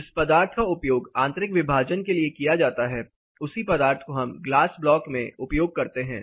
जिस पदार्थ का उपयोग आंतरिक विभाजन के लिए किया जाता है उसी पदार्थ को हम ग्लास ब्लॉक में उपयोग करते हैं